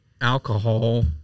alcohol